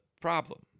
problem